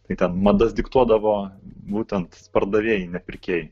tai ten madas diktuodavo būtent pardavėjai ne pirkėjai